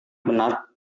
benar